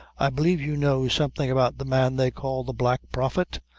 i believe you know something about the man they call the black prophet?